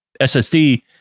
SSD